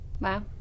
Wow